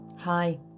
Hi